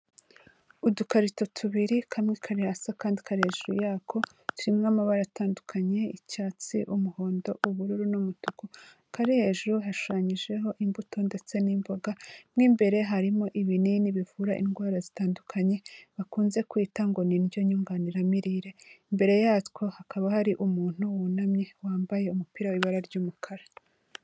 Udukarito tubiri, kamwe kari hasi akandi kari hejuru yako, turimo amabara atandukanye icyatsi, umuhondo, ubururu n'umutuku. Akari hejuru hashushanyijeho imbuto ndetse n'imboga, mo imbere harimo ibinini bivura indwara zitandukanye, bakunze kwita ngo ''ni indyo nyunganiramirire'', imbere yatwo hakaba hari umuntu wunamye wambaye umupira w'ibara ry'umukara.